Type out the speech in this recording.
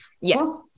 Yes